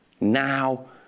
Now